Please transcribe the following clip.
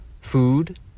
food